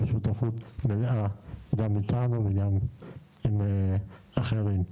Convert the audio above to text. בשותפות מלאה גם איתנו וגם עם אחרים.